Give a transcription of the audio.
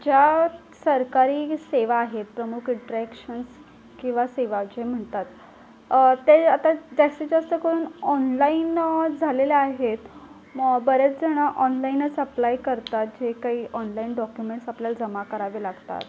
ज्या सरकारी सेवा आहेत प्रमुख इन्टरॅक्शन्स किंवा सेवा जे म्हणतात त्या आता जास्तीतजास्त करून ऑनलाईनं झालेल्या आहेत म बरेच जण ऑनलाइनच अप्लाय करतात जे काही ऑनलाईन डॉक्युमेंट्स आपल्याला जमा करावे लागतात